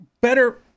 better